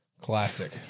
Classic